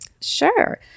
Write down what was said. Sure